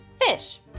Fish